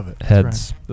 heads